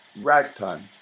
ragtime